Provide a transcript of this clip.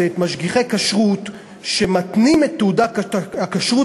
משגיחי הכשרות של המועצה בעצמם אוכלים